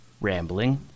Rambling